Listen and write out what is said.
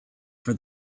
for